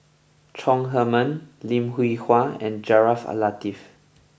Chong Heman Lim Hwee Hua and Jaafar Latiff